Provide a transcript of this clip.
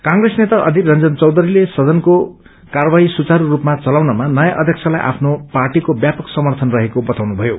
cress नेता अधीर रन्जन चौयरीले सदनको कार्यवाही सुचारू रूपमा चलाउनमा नयाँ अध्यक्षताई आफ्नो पार्टीको व्यापक समर्थन रहेको बताउनु भयो